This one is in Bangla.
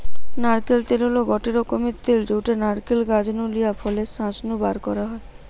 নারকেল তেল হল গটে রকমের তেল যউটা নারকেল গাছ নু লিয়া ফলের শাঁস নু বারকরা হয়